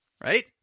right